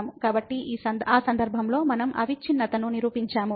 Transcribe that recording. కాబట్టి ఆ సందర్భంలోమనం అవిచ్ఛిన్నతను నిరూపించాము